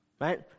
Right